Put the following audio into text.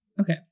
okay